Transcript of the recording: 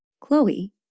Chloe